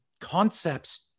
Concepts